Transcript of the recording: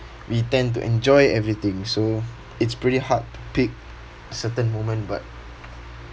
we tend to enjoy everything so it's pretty hard to pick certain moment but